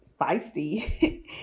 feisty